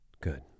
Good